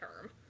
term